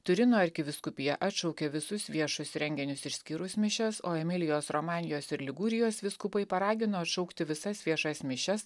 turino arkivyskupija atšaukė visus viešus renginius išskyrus mišias o emilijos romanijos ir ligūrijos vyskupai paragino atšaukti visas viešas mišias